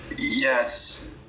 Yes